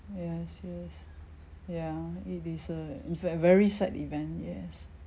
yes yes ya it is a ve~ very sad event yes